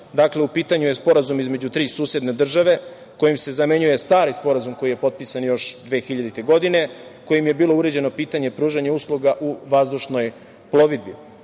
Dakle, u pitanju je sporazum između tri susedne države, kojim se zamenjuje stari sporazum koji je potpisan još 2000. godine, kojim je bilo uređeno pitanje pružanja usluga u vazdušnoj plovidbi.